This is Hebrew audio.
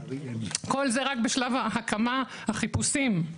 כל זה רק בשלב ההקמה, החיפושים.